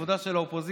כבודה של האופוזיציה,